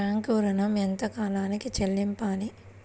Bank ఋణం ఎంత కాలానికి చెల్లింపాలి?